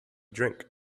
drink